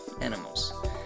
animals